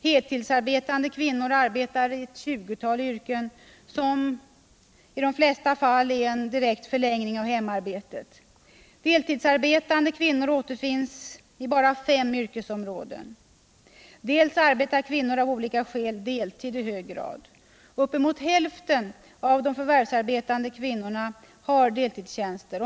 Heltidsarbetande kvinnor arbetar i ett 20-tal yrken, som i de flesta fall är en direkt förlängning av hemarbetet. Deltidsarbetande kvinnor återfinns i bara fem yrkesområden. För det andra arbetar kvinnor av olika skäl deltid i hög grad. Uppemot hälften av de förvärvsarbetande kvinnorna har deltidstjänster.